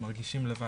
הם מרגישים לבד.